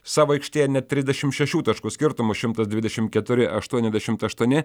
savo aikštėje net trisdešimt šešių taškų skirtumu šimtas dvidešimt keturi aštuoniasdešimt aštuoni